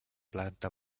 planta